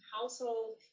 household